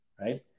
Right